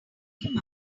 him